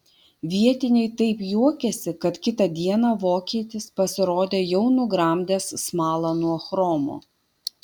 vietiniai taip juokėsi kad kitą dieną vokietis pasirodė jau nugramdęs smalą nuo chromo